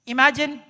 Imagine